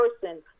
person